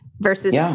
versus